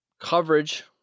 Coverage